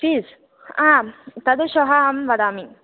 fees आम् तत् श्वः अहं वदामि